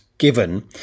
given